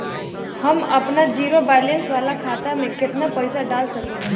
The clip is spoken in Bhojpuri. हम आपन जिरो बैलेंस वाला खाता मे केतना पईसा डाल सकेला?